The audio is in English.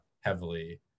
heavily